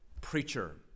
preacher